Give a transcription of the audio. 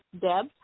Deb